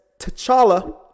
T'Challa